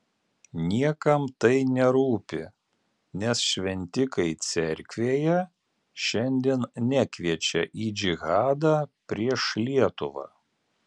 niekam tai nerūpi nes šventikai cerkvėje šiandien nekviečia į džihadą prieš lietuvą